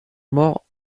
morts